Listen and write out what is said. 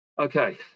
Okay